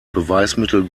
beweismittel